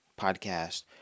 podcast